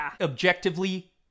objectively